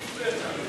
הצעת חוק כלי